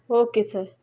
okay sir